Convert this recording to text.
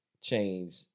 change